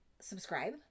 subscribe